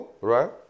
right